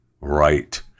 right